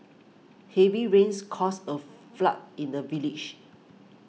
heavy rains caused a flood in the village